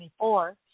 24